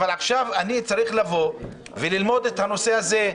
אבל עכשיו אני צריך לבוא וללמוד את הנושא הזה,